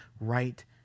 right